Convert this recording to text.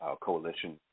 Coalition